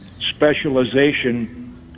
specialization